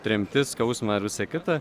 tremtis skausmą ir visa kita